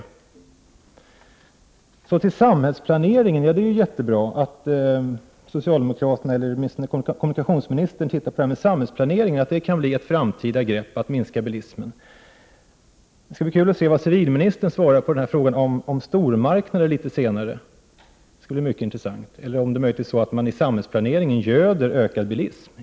När det gäller samhällsplaneringen är det jättebra att socialdemokraterna, eller åtminstone kommunikationsministern, skall ta reda på om det kan skapas en samhällsplanering som i framtiden leder till en minskning av bilismen. Det skall bli intressant att höra vilket svar bostadsministern litet senare i debatten lämnar på frågan om stormarknader, eller om regeringen i samhällsplaneringen i själva verket göder en ökning av bilismen.